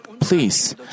please